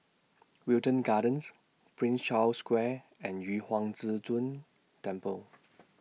Wilton Gardens Prince Charles Square and Yu Huang Zhi Zun Temple